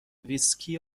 ویسکی